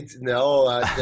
No